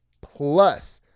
plus